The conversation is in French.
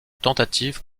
tentative